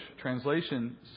translation